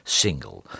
single